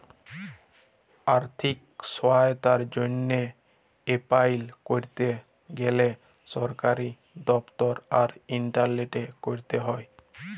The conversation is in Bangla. আথ্থিক সহায়তার জ্যনহে এপলাই ক্যরতে গ্যালে সরকারি দপ্তর আর ইলটারলেটে ক্যরতে হ্যয়